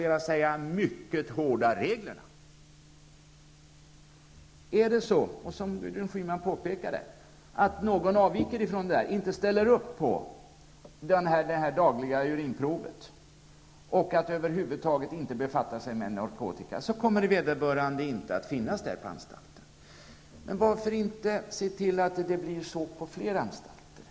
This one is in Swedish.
Det kan ju vara så, och det påpekade Gudrun Schyman, att någon avviker eller inte ställer upp på rutinen med dagligt urinprov eller kravet på att över huvud taget inte befatta sig med narkotika. Vederbörande kommer då inte att vara kvar på anstalten. Men varför inte se till att det blir så på fler anstalter?